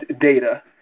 data